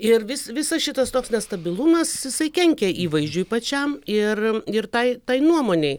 ir vis visas šitas toks nestabilumas jisai kenkia įvaizdžiui pačiam ir ir tai tai nuomonei